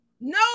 no